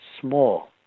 small